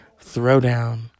throwdown